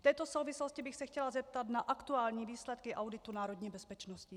V této souvislosti bych se chtěla zeptat na aktuální výsledky auditu národní bezpečnosti.